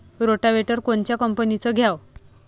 Rotavator कोनच्या कंपनीचं घ्यावं?